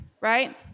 right